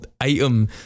item